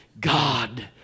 God